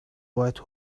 white